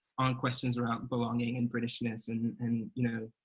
on questions around belonging, and britishness, and and, you know,